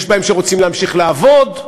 יש בהם שרוצים להמשיך לעבוד,